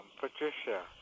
Patricia